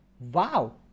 Wow